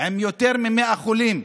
עם יותר מ-100 חולים,